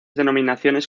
denominaciones